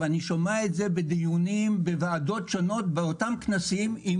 אני שומע את זה בדיונים בוועדות שונות באותם כנסים עם